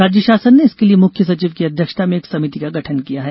राज्य शासन ने इसके लिये मुख्य सचिव की अध्यक्षता में एक समिति का गठन किया है